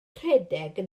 rhedeg